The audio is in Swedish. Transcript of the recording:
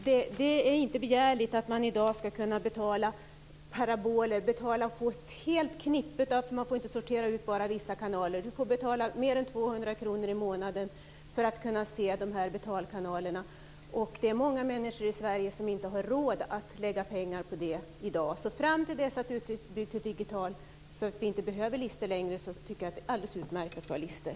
Det är inte att begära att man i dag skall betala för paraboler och få ett helt knippe, utan möjlighet att sortera ut vissa kanaler. Man får betala mer än 200 kr i månaden för att kunna se de här betalkanalerna men det är många människor i Sverige i dag som inte har råd att lägga pengar på det. Fram till dess att det hela är digitalt utbyggt och vi inte längre behöver listor tycker jag att det är alldeles utmärkt att ha listor.